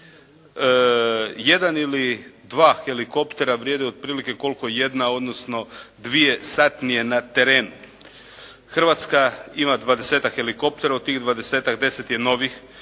Jedan ili dva helikoptera vrijede otprilike otprilike koliko jedna odnodno dvije satnije na terenu. Hrvatska ima 20-tak helikoptera. Od tih 20-tak 10 je novih